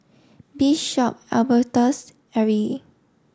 Bishop Albertus Arrie